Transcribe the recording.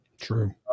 True